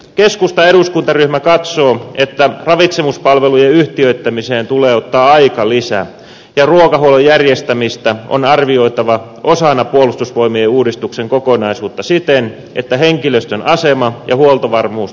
keskustan eduskuntaryhmä katsoo että ravitsemuspalvelujen yhtiöittämiseen tulee ottaa aikalisä ja ruokahuollon järjestämistä on arvioitava osana puolustusvoimien uudistuksen kokonaisuutta siten että henkilöstön asema ja huoltovarmuus turvataan